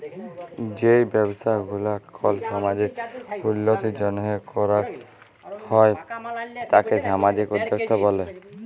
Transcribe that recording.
যেই ব্যবসা গুলা কল সামাজিক উল্যতির জন্হে করাক হ্যয় তাকে সামাজিক উদ্যক্তা ব্যলে